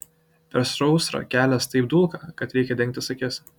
per sausrą kelias taip dulka kad reikia dengtis akis